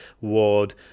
Ward